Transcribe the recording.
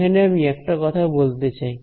এখানে আমি একটা কথা বলতে চাই